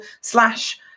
slash